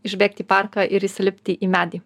išbėgt į parką ir įsilipti į medį